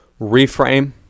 reframe